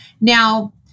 Now